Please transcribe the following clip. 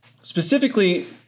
Specifically